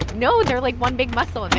no, they're, like, one big muscle, and